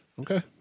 Okay